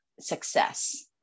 success